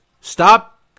Stop